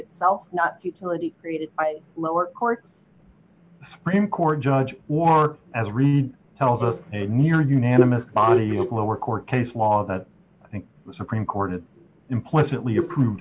itself not futility created by lower courts supreme court judge or as reed tells us a near unanimous body of a lower court case law that i think the supreme court it implicitly approved